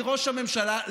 מראש הממשלה,